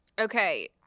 Okay